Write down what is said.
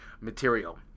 material